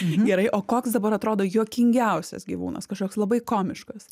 gerai o koks dabar atrodo juokingiausias gyvūnas kažkoks labai komiškas